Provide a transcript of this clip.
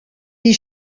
die